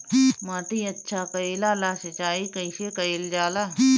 माटी अच्छा कइला ला सिंचाई कइसे कइल जाला?